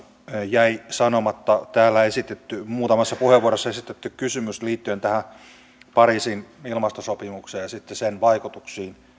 jäi vastaamatta täällä muutamassa puheenvuorossa esitetty kysymys liittyen pariisin ilmastosopimukseen ja sen vaikutuksiin